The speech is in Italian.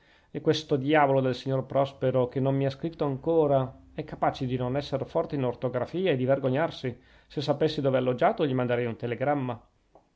e questo diavolo del signor prospero che non mi ha scritto ancora è capace di non esser forte in ortografia e di vergognarsi se sapessi dov'è alloggiato gli manderei un telegramma